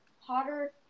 hotter